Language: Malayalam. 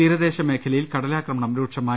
തീരദേശമേഖലയിൽ കടലാക്രമണം രൂക്ഷമായി